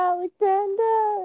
Alexander